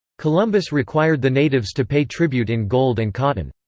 columbus required the natives to pay tribute in gold and cotton.